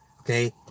Okay